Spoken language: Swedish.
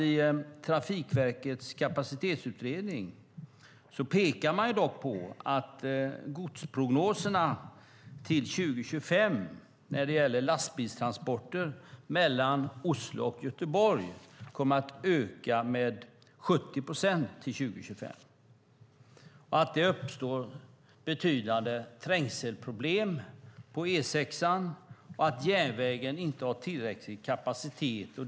I Trafikverkets kapacitetsutredning pekar man dock på att godsprognoserna tyder på att lastbilstransporter mellan Oslo och Göteborg kommer att öka med 70 procent till 2025, att det uppstår betydande trängselproblem på E6 och att järnvägen inte har tillräcklig kapacitet.